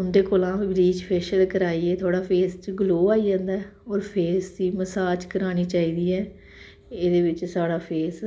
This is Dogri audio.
उं'दे कोला ब्लीच फेशल कराइयै थोह्ड़ा फेस च ग्लो आई जंदा ऐ होर फेस दी मसाज़ करानी चाहिदी ऐ एह्दे बिच्च साढ़ा फेस